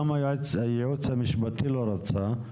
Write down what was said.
וגם הייעוץ המשפטי לא רצה,